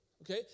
Okay